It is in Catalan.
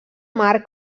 mar